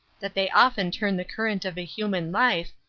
that they often turn the current of a human life,